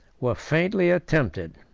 were faintly attempted.